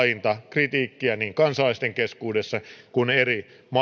kritiikkiä niin kansalaisten keskuudessa kuin eri